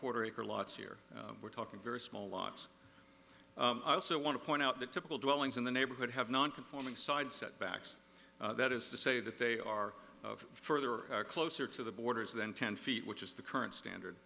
quarter acre lots here we're talking very small logs i also want to point out that typical dwellings in the neighborhood have non conforming side setbacks that is to say that they are of further closer to the borders than ten feet which is the current standard